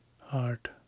Heart